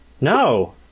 No